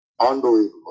unbelievable